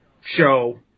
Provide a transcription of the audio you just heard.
show